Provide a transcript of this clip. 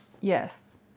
Yes